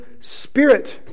Spirit